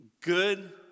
good